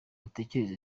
bategereze